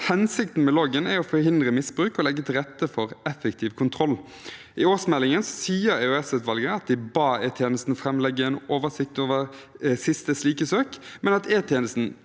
Hensikten med loggen er å forhindre misbruk og legge til rette for effektiv kontroll. I årsmeldingen sier EOS-utvalget at de ba E-tjenesten framlegge en oversikt over de siste slike søk, men at E-tjenesten